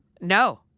No